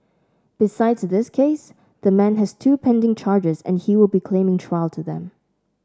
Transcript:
besides this case the man has two pending charges and he will be claiming trial to them